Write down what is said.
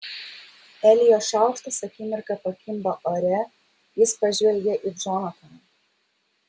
elijo šaukštas akimirką pakimba ore jis pažvelgia į džonataną